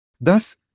Thus